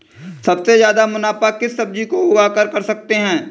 सबसे ज्यादा मुनाफा किस सब्जी को उगाकर कर सकते हैं?